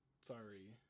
sorry